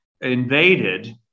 invaded